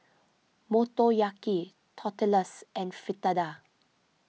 Motoyaki Tortillas and Fritada